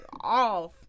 off